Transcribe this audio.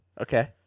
Okay